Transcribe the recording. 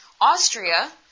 Austria